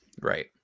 right